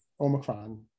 Omicron